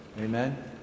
Amen